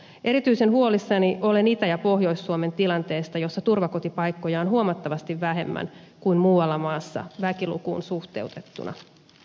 erityisen huolissani olen itä ja pohjois suomen tilanteesta jossa turvakotipaikkoja on huomattavasti vähemmän kuin muualla maassa väkilukuun suhteutettuna